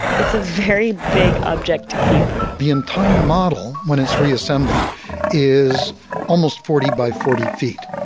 it's a very big object to keep the entire model when it's reassembled is almost forty by forty feet.